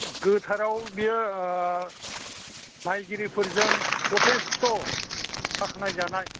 गोथाराव बियो बाहायगिरिफोरजों जथेस्थ' बाखनाय जानाय